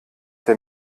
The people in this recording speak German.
der